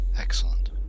Excellent